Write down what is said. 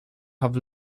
have